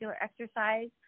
exercise